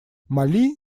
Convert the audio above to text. мали